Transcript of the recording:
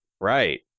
right